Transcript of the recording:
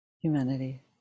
humanity